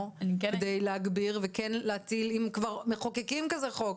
על מנת להגביר וכן להטיל - אם כבר מחוקקים כזה חוק,